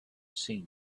seen